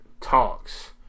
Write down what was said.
talks